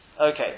Okay